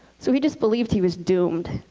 so he just believed he was doomed,